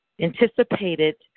anticipated